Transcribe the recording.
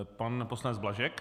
Pan poslanec Blažek.